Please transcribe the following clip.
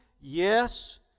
Yes